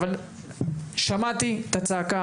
אבל שמעתי את הצעקה.